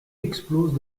explose